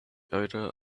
odor